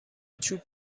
چوب